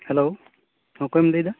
hello ᱚᱠᱚᱭ ᱮᱢ ᱞᱟᱹᱭ ᱮᱫᱟ